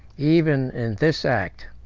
even in this act,